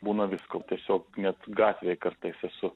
būna visko tiesiog net gatvėj kartais esu